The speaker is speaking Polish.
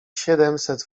siedemset